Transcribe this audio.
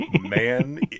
Man